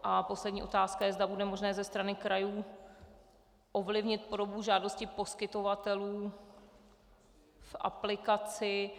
A poslední otázka je, zda bude možné ze strany krajů ovlivnit podobu žádosti poskytovatelů v aplikaci...